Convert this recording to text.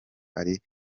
ari